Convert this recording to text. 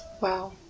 Wow